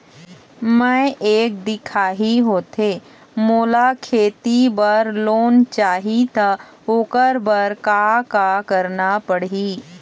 मैं एक दिखाही होथे मोला खेती बर लोन चाही त ओकर बर का का करना पड़ही?